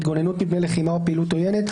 להתגוננות מפני לחימה או פעילות עוינת.